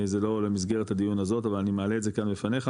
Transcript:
זה לא למסגרת הדיון הזאת אבל אני מעלה את זה כאן בפניך,